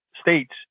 states